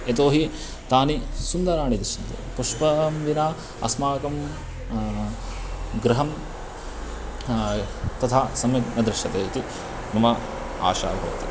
यतोहि तानि सुन्दराणि दृश्यन्ते पुष्पं विना अस्माकं गृहं तथा सम्यक् न दृश्यते इति मम आशा भवति